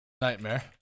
Nightmare